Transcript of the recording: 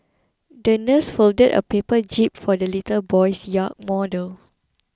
the nurse folded a paper jib for the little boy's yacht model